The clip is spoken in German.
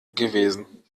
gewesen